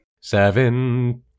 Seven